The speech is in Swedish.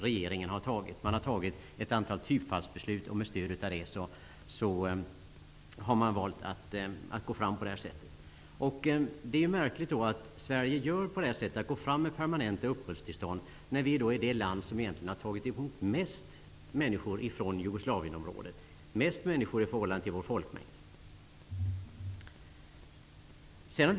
Regeringen har fattat ett antal typfallsbeslut, och med stöd av det har man valt att gå fram på det här sättet. Det är märkligt att Sverige gör på det här sättet, att vi väljer att gå fram med permanenta uppehållstillstånd, när vi är det land som egentligen i förhållande till vår folkmängd har tagit emot mest människor från Jugoslavienområdet.